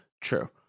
True